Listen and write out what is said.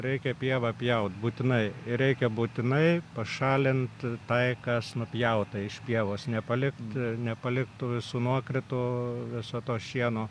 reikia pievą pjaut būtinai reikia būtinai pašalint tai kas nupjauta iš pievos nepalikti nepalikt tų visų nuokritų viso to šieno